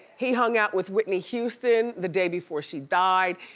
he hung out with whitney houston the day before she died,